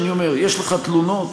יש לך תלונות,